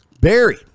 Barry